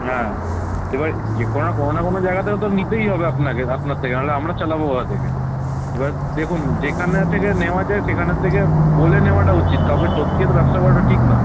হ্যাঁ এবারে যে কোনো না কোনো না কোনো জায়গাতে তো নিতেই হবে আপনাকে আপনার থেকে না হলে আমরা চালাব কোথা থেকে এবার দেখুন যেখানে থেকে নেওয়া যায় সেখানের থেকে বলে নেওয়াটা উচিত কাউকে টপকিয়ে তো ব্যবসা করাটা ঠিক নয়